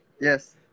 Yes